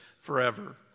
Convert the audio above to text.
forever